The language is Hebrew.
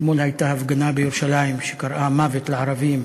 אתמול הייתה הפגנה בירושלים שקראה "מוות לערבים",